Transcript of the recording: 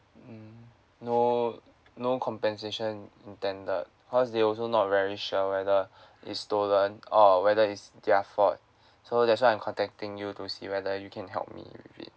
mm no no compensation intended because they also not very sure whether it's stolen or whether it's their fault so that's why I'm contacting you to see whether you can help me with it